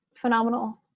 phenomenal